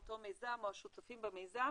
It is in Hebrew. או אותו מיזם או השותפים במיזם.